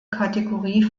kategorie